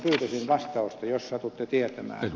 pyytäisin vastausta jos satutte tietämään